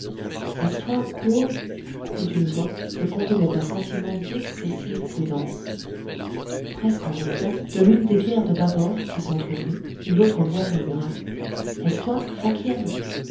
toi couo dit une voix que contenait un sentiment d'excessive prudence presque en même temps de l'une des bières de bâbord qui s'entrouvrit une autre voix murmura